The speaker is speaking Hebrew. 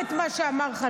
אני לא --- אדוני.